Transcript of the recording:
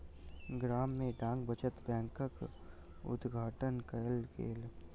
गाम में डाक बचत बैंकक उद्घाटन कयल गेल